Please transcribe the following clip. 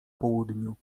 południu